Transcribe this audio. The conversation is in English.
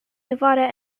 nevada